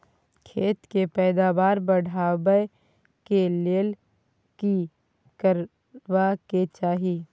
खेत के पैदावार बढाबै के लेल की करबा के चाही?